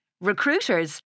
Recruiters